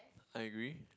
I agree